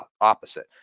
opposite